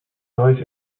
noise